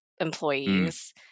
employees